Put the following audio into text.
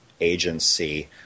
agency